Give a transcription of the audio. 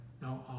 no